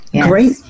Great